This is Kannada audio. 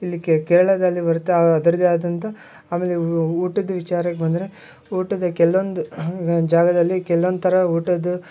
ಇಲ್ಲಿ ಕೇರಳದಲ್ಲಿ ಬರುತ್ತೆ ಅದರದೇ ಆದಂಥ ಆಮೇಲೆ ಊಟದ ವಿಚಾರಕ್ಕೆ ಬಂದರೆ ಊಟದ ಕೆಲೊಂದು ಜಾಗದಲ್ಲಿ ಕೆಲೊಂದು ಥರ ಊಟದ್ದು